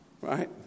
right